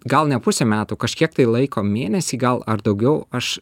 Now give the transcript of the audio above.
gal ne pusę metų kažkiek tai laiko mėnesį gal ar daugiau aš